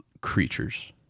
creatures